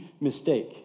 mistake